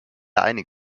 einig